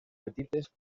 petites